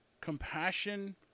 compassion